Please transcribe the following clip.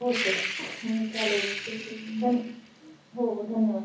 हो सर चालेल ठीक आहे ध हो धन्यवाद